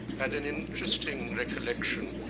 had an interesting recollection